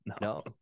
No